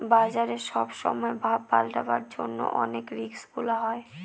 বাজারে সব সময় ভাব পাল্টাবার জন্য অনেক রিস্ক গুলা হয়